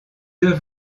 deux